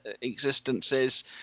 existences